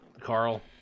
Carl